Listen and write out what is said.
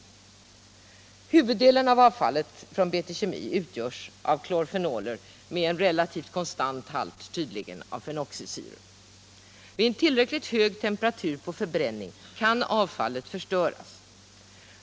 tydligen relativt konstant halt av fenoxisyror. Vid en tillräckligt hög tem Nr 7 peratur och förbränning kan avfallet förstöras.